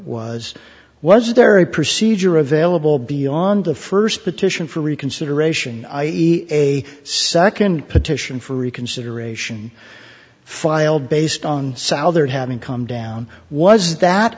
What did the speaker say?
was was there a procedure available beyond the first petition for reconsideration i e a second petition for reconsideration filed based on southward having come down was that